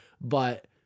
but-